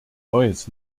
neues